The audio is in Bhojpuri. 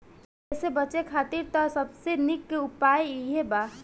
एसे बचे खातिर त सबसे निक उपाय इहे बा